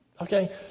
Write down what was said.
Okay